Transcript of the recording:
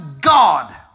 God